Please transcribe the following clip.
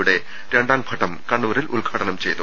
യുടെ രണ്ടാം ഘട്ടം കണ്ണൂരിൽ ഉദ്ഘാടനം ചെയ്തു